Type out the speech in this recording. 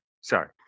Sorry